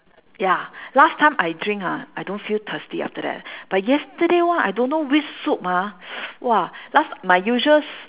ya last time I drink ha I don't feel thirsty after that but yesterday [one] I don't know which soup ah !wah! last my usual s~